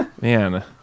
Man